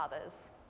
others